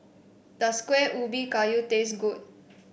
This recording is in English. does Kueh Ubi Kayu taste good